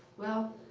well,